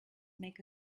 make